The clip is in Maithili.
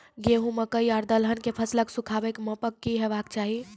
गेहूँ, मकई आर दलहन के फसलक सुखाबैक मापक की हेवाक चाही?